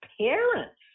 parents